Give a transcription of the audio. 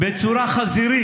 בצורה חזירית.